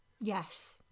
Yes